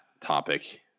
topic